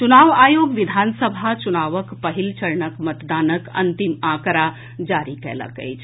चुनाव आयोग विधानसभा चुनावक पहिल चरणक मतदानक अंतिम आंकड़ा जारी कयलक अछि